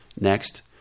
Next